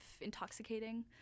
intoxicating